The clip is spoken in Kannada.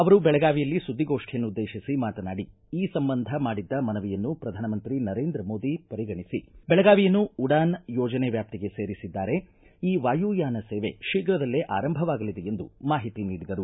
ಅವರು ಬೆಳಗಾವಿಯಲ್ಲಿ ಸುದ್ದಿಗೋಷ್ಠಿಯನ್ನುದ್ದೇತಿಸಿ ಮಾತನಾಡಿ ಈ ಸಂಬಂಧ ಮಾಡಿದ್ದ ಮನವಿಯನ್ನು ಪ್ರಧಾನಮಂತ್ರಿ ನರೇಂದ್ರ ಮೋದಿ ಹಾಗೂ ನಾಗರಿಕ ವಿಮಾನಯಾನ ಖಾತೆ ಸಚಿವರು ಪರಿಗಣಿಸಿ ಬೆಳಗಾವಿಯನ್ನು ಉಡಾನ್ ಯೋಜನೆ ವ್ಯಾಪ್ತಿಗೆ ಸೇರಿಸಿದ್ದಾರೆ ಈ ವಾಯುಯಾನಸೇವೆ ಶೀಘ್ರದಲ್ಲೇ ಆರಂಭವಾಗಲಿದೆ ಎಂದು ಮಾಹಿತಿ ನೀಡಿದರು